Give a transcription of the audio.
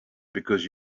because